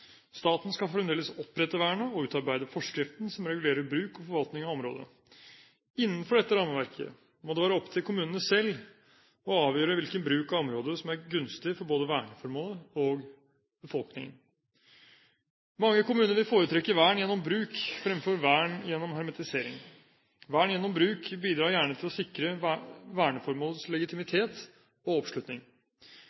Staten skal fremdeles opprette vernet og utarbeide forskriften som regulerer bruk og forvaltning av området. Innenfor dette rammeverket må det være opp til kommunene selv å avgjøre hvilken bruk av området som er gunstig for både verneformål og befolkning. Mange kommuner vil foretrekke vern gjennom bruk fremfor vern gjennom hermetisering. Vern gjennom bruk bidrar gjerne til å sikre verneformålets